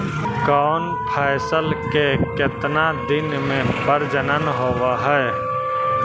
कौन फैसल के कितना दिन मे परजनन होब हय?